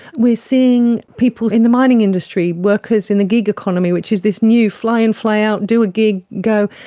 we are seeing people in the mining industry, workers in the gig economy, which is this new fly in, fly out, do a gig, go,